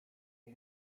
you